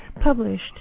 published